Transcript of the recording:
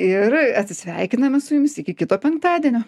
ir atsisveikiname su jumis iki kito penktadienio